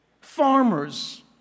farmers